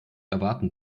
erwarten